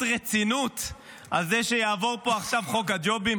רצינות שיעבור פה עכשיו חוק הג'ובים?